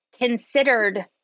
considered